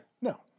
No